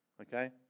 Okay